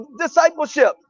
discipleship